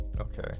Okay